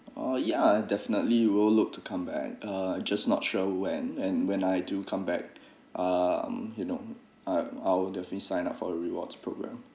oh yeah definitely we'll look to come back uh just not sure when and when I do come back um you know I I'll definitely sign up for the rewards program